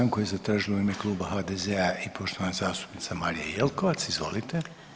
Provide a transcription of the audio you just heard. Stanku je zatražila u ime Kluba HDZ-a i poštovana zastupnica Marija Jelkovac, izvolite.